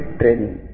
training